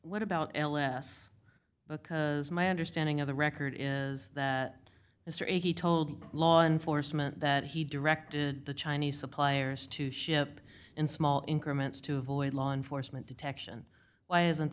what about ls because my understanding of the record in is that mr ag told law enforcement that he directed the chinese suppliers to ship in small increments to avoid law enforcement detection why isn't